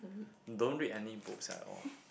don't read any books at all